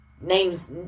Names